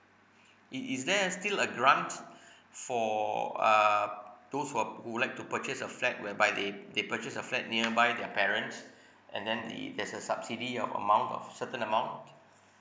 i~ is there still a grant for uh those who are who would like to purchase a flat whereby they they purchase a flat nearby their parents and then it has a subsidy of amount of certain amount